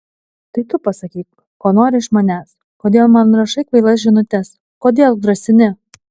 tai tu pasakyk ko nori iš manęs kodėl man rašai kvailas žinutes kodėl grasini